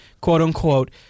quote-unquote